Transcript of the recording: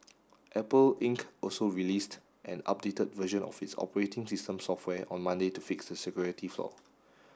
Apple Inc also released an updated version of its operating system software on Monday to fix the security flaw